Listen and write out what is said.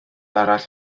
arall